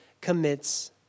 commits